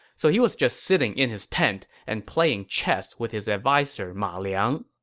so he was just sitting in his tent and playing chess with his adviser ma liang.